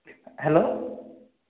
hello